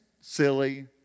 silly